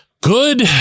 Good